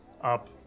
Up